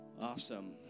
Awesome